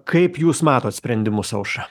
kaip jūs matot sprendimus aušra